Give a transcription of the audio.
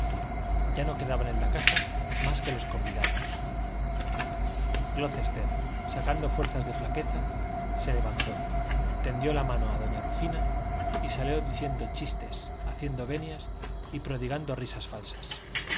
ya no quedaban en la casa más que los convidados glocester sacando fuerzas de flaqueza se levantó tendió la mano a doña rufina y salió diciendo chistes haciendo venias y prodigando risas falsas